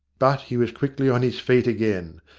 but he was quickly on his feet again.